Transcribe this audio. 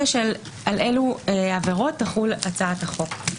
על אילו עבירות תחול הצעת החוק.